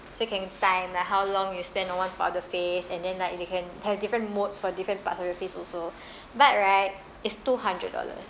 so you can time like how long you spend on one part of the face and then like you can have different modes for different parts of your face also but right it's two hundred dollars